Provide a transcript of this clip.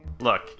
Look